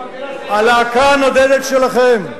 זה